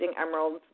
emeralds